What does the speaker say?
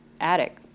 attic